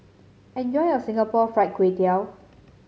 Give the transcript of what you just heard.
enjoy your Singapore Fried Kway Tiao